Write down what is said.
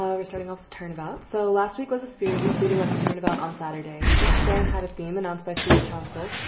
i was turning off turnabout so last week was a spirit week leading up to turnabout on saturday each day had a theme announced by student council,